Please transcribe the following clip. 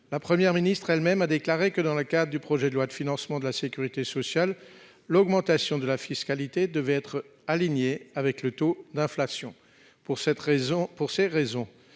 la Première ministre elle-même a déclaré que, dans le cadre du projet de loi de financement de la sécurité sociale, l'augmentation de la fiscalité devait être alignée sur le taux de l'inflation. Pour ces raisons,